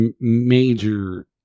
major